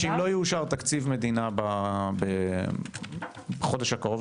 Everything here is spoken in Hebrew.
שאם לא יאושר תקציב מדינה בחודש הקרוב,